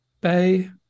bay